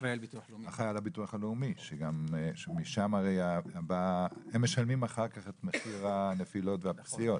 אחראי על הביטוח הלאומי שהם אלו שמשלמים את מחיר הנפילות והפציעות,